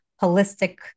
holistic